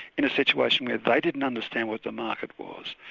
in a situation where they didn't understand what the market was,